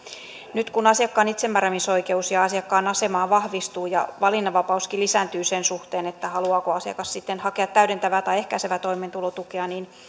nyt kun asiakkaan itsemääräämisoikeus ja asiakkaan asema vahvistuu ja valinnanvapauskin lisääntyy sen suhteen haluaako asiakas sitten hakea täydentävää tai ehkäisevää toimeentulotukea niin